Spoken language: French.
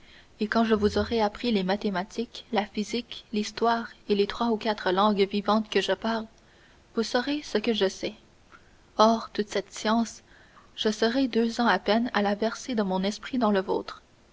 et quand je vous aurai appris les mathématiques la physique l'histoire et les trois ou quatre langues vivantes que je parle vous saurez ce que je sais or toute cette science je serai deux ans à peine à la verser de mon esprit dans le vôtre